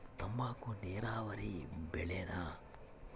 ತಂಬಾಕು ನೇರಾವರಿ ಬೆಳೆನಾ?